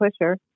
pusher